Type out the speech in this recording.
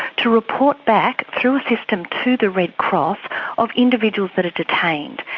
to report back through a system to the red cross of individuals that are detained.